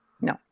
No